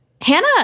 Hannah